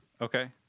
Okay